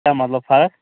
کیٛاہ مطلب فرق